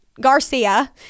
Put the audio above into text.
Garcia